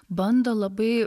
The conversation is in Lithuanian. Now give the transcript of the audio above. bando labai